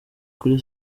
kuri